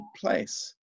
place